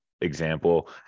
example